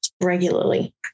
regularly